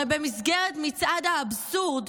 הרי במסגרת מצעד האבסורד,